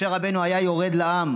משה רבנו היה יורד לעם